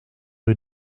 rue